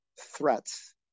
threats